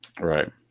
Right